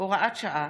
(הוראת שעה)